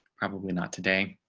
probably not today.